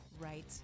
right